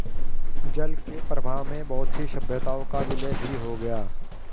जल के प्रवाह में बहुत सी सभ्यताओं का विलय भी हो गया